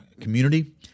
community